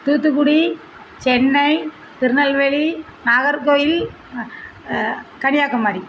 Thoothukudi Chennai Tirunelveli Nagercoil Kanyakumari